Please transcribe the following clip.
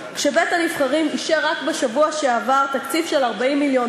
כשבית-הנבחרים אישר רק בשבוע שעבר תקציב של 40 מיליון